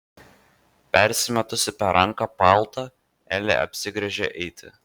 persimetusi per ranką paltą elė apsigręžia eiti